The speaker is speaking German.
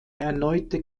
erneute